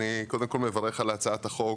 אני קודם כל מברך על הצעת החוק